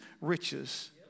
riches